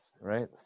Right